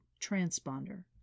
transponder